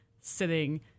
sitting